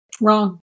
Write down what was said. Wrong